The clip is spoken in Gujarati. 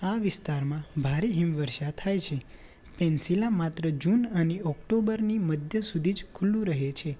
આ વિસ્તારમાં ભારે હિમવર્ષા થાય છે પેન્સીલા માત્ર જૂન અને ઓક્ટોબરની મધ્ય સુધી જ ખુલ્લું રહે છે